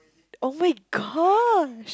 [oh]-my-gosh